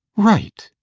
right?